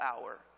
hour